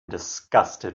disgusted